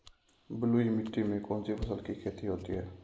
बलुई मिट्टी में कौनसी फसल की खेती होती है?